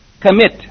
commit